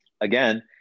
again